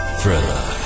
Thriller